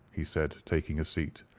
he said, taking a seat,